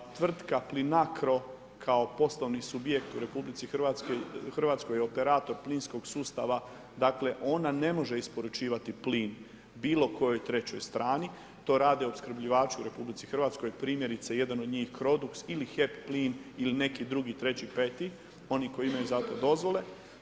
Tvrtka Plinacro kao poslovni subjekt u RH, operator plinskog sustava, dakle ona ne može isporučivati plin bilokojoj trećoj strani, to rade opskrbljivači u RH, primjerice jedan od njih Crodux ili HEP plin ili neki drugi, treći, peti, oni koji imaju za to dozvole.